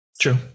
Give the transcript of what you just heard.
True